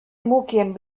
mukien